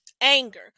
anger